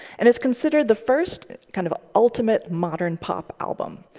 and it's considered the first kind of ultimate modern pop album.